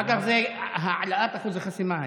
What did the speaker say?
אגב, זה היה העלאת אחוז החסימה.